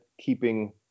keeping